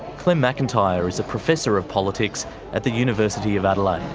clem macintyre is a professor of politics at the university of adelaide.